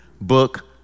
book